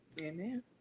amen